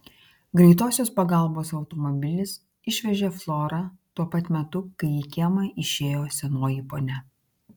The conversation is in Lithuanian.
greitosios pagalbos automobilis išvežė florą tuo pat metu kai į kiemą išėjo senoji ponia